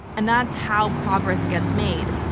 and that's how progress gets made.